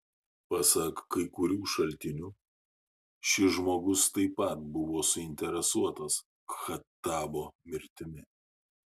pasak kai kurių šaltinių šis žmogus taip pat buvo suinteresuotas khattabo mirtimi